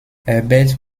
herbert